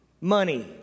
money